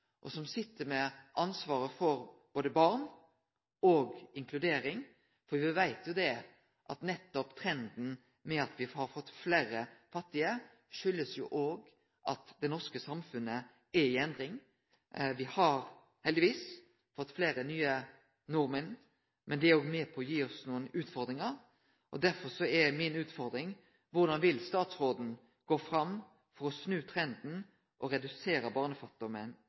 sit med ansvaret for både barn og inkludering, og me veit at nettopp trenden med at me har fått fleire fattige, kjem av at det norske samfunnet er i endring. Me har heldigvis fått fleire nye nordmenn, men det er òg med på å gi oss nokre utfordringar. Derfor er mi utfordring og mitt spørsmål: Korleis vil statsråden gå fram for å snu trenden og